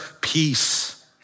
peace